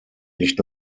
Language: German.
nicht